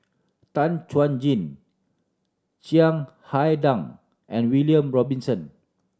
Tan Chuan Jin Chiang Hai Dang and William Robinson